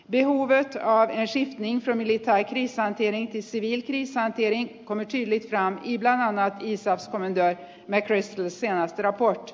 miehuuden aiheisiin minkä mieli tai niissä för tillfället är den civila insatsen i afghanistan minimal i jämförelse med den militära